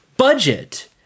budget